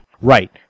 Right